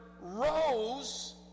rose